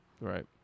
Right